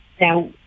Now